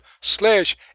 slash